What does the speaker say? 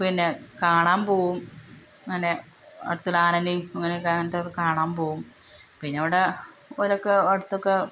പിന്നെ കാണാൻ പോകും അങ്ങനെ അടുത്തുള്ള ആനനേം അങ്ങനൊക്കെ അങ്ങനെത്തെ കാണാൻ പോകും പിന്നെ അവിടെ ഓലൊക്കെ അട്ത്തൊക്കെ